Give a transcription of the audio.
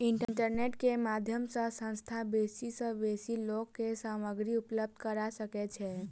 internet के माध्यम सॅ संस्थान बेसी सॅ बेसी लोक के सामग्री उपलब्ध करा सकै छै